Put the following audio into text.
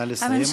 נא לסיים.